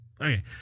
Okay